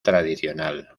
tradicional